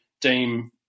deem